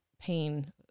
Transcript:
pain